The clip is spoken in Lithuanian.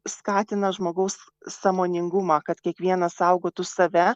skatina žmogaus sąmoningumą kad kiekvienas saugotų save